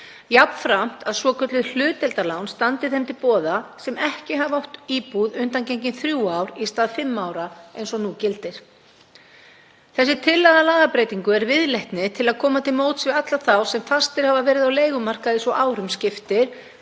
lagt til að svokölluð hlutdeildarlán standi þeim til boða sem ekki hafa átt íbúð undangengin þrjú ár í stað fimm ára eins og nú gildir. Þessi tillaga að lagabreytingu er viðleitni til að koma til móts við alla þá sem fastir hafa verið á leigumarkaði svo árum skiptir,